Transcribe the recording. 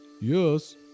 Yes